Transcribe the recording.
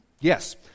Yes